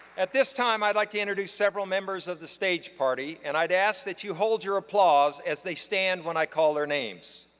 at this time, i'd like to introduce several members of the stage party and i'd ask that you hold your applause as they stand when i call their names.